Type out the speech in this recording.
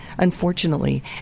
Unfortunately